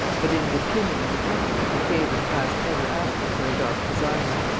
but in the opinion of the country the favorite passed ever after for a dark designer,